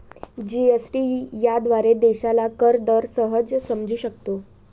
GST याद्वारे देशाला कर दर सहज समजू शकतो